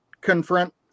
confront